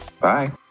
Bye